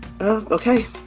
Okay